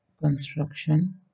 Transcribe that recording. construction